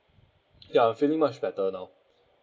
ya feeling much better now